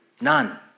None